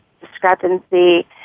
discrepancy